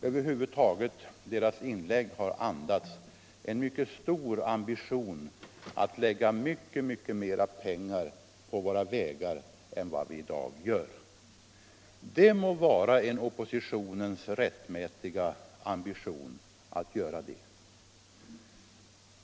Över huvud taget har deras inlägg andats en mycket stor ambition att lägga ned mycket mera pengar på våra vägar än vad vi i dag gör. Det må vara en oppositions rättmätiga ambition.